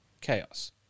chaos